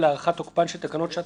ואז עוברים למנגנון העברה.